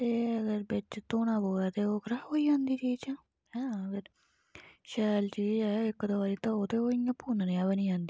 ते अगर बिच्च धोना पवै ते ओह् खराब होई जंदी चीजां है ना फिर शैल चीज ऐ इक दो बारी धोओ ते ओह् पुन्न नेहा बनी जंदी